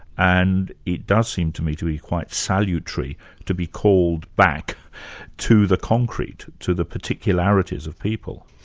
and it does seem to me to be quite salutary to be called back to the concrete, to the particularities of people.